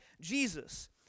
Jesus